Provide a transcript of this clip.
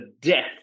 death